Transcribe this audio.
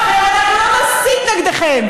שהממשלה הזאת דרסה ורמסה את כל מי שלא הסכים איתה,